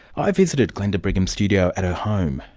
i visited glenda brigham's studio at her home.